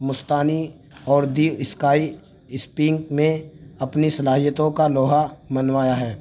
مستانی اور the sky is pink میں اپنی صلاحیتوں کا لوہا منوایا ہے